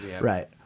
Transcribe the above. Right